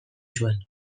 zuen